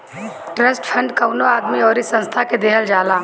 trust fund कवनो आदमी अउरी संस्था के देहल जाला